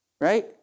Right